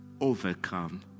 overcome